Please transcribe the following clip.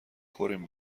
خوریم